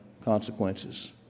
consequences